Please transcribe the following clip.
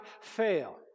fail